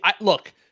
look